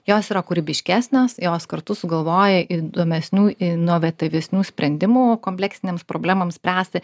jos yra kūrybiškesnės jos kartu sugalvoja įdomesnių inovatyvesnių sprendimų kompleksinėms problemoms spręsti